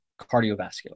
cardiovascular